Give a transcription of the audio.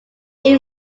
their